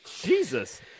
Jesus